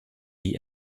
die